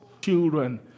children